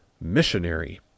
missionary